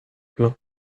pleins